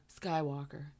skywalker